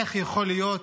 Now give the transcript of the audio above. איך יכול להיות